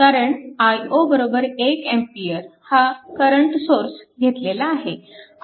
कारण i0 1A हा current source घेतलेला आहे